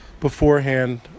beforehand